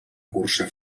cursa